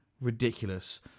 ridiculous